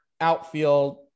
outfield